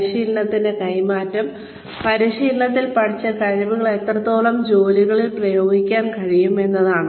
പരിശീലനത്തിന്റെ കൈമാറ്റം പരിശീലനത്തിൽ പഠിച്ച കഴിവുകൾ എത്രത്തോളം ജോലികളിൽ പ്രയോഗിക്കാൻ കഴിയും എന്നതാണ്